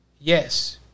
yes